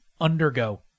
undergo